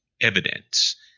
evidence